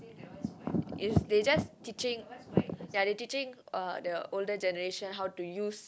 is they just teaching ya they teaching the older generation how to use